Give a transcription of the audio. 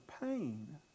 pain